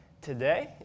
today